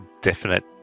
definite